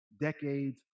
decades